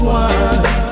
one